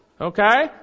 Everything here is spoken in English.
okay